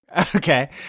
Okay